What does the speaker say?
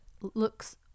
looks